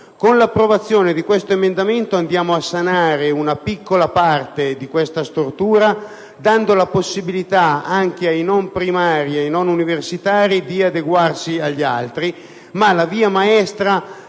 Con l'approvazione di questo emendamento andiamo a sanare una piccola parte di questa stortura, dando la possibilità anche ai non primari e ai non universitari di adeguarsi agli altri. La via maestra,